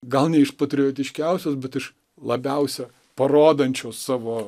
gal ne iš patriotiškiausios bet iš labiausia parodančios savo